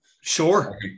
sure